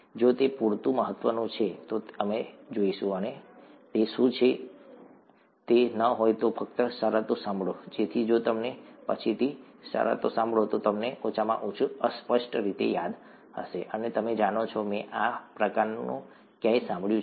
જો તે પૂરતું મહત્વનું છે તો અમે જઈશું અને જોઈશું કે તે શું છે જો તે ન હોય તો ફક્ત શરતો સાંભળો જેથી જો તમે પછીથી શરતો સાંભળો તો તમને ઓછામાં ઓછું અસ્પષ્ટ રીતે યાદ હશે અને તમે જાણો છો મેં આ પ્રકારનું ક્યાંક સાંભળ્યું છે